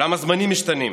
אולם הזמנים משתנים,